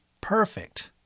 perfect